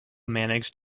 managed